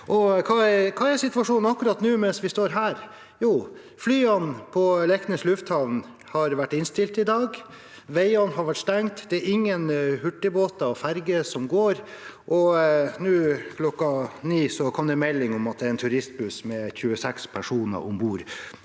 Hva er situasjonen akkurat nå, mens vi står her? Jo, flyene på Leknes lufthavn har vært innstilt i dag, veiene har vært stengt, og det er ingen hurtigbåter eller ferger som går. Nå klokken 9 kom det melding om at en turistbuss med 26 personer om bord